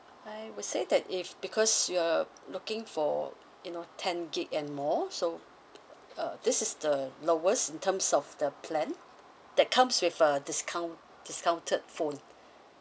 I would say that if because you're looking for you know ten gig and more so uh this is the lowest in terms of the plan that comes with a discount discounted phone